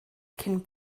cyn